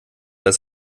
dass